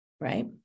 Right